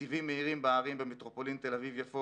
נתיבים מהירים בערים במטרופולין תל אביב-יפו